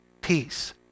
peace